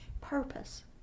purpose